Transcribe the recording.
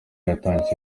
yatangije